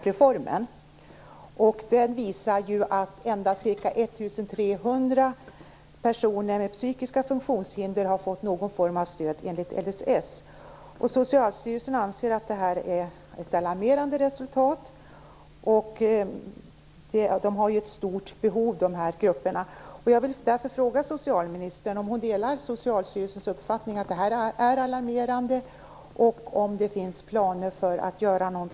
Herr talman! Jag har en fråga till socialminister Margot Wallström. Socialstyrelsen har gjort en utvärdering av handikappreformen. Den visar att endast ca 1 300 personer med psykiska funktionshinder har fått någon form av stöd enligt LSS. Socialstyrelsen anser att det är ett alarmerande resultat. De här grupperna har ju ett stort behov.